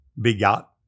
begot